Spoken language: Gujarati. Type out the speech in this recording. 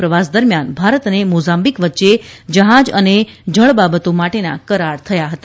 પ્રવાસ દરમિથાન ભારત અને મોઝામ્બીક વચ્ચે જહાજ અને જળબાબતો માટેના કરાર થયા હતા